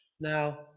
now